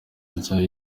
rya